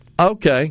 Okay